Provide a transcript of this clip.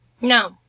No